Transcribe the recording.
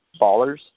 Ballers